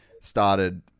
started